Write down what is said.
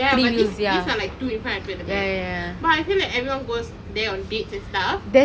ya but this these are like two in front and two at the back but I feel that everyone goes there on dates and stuff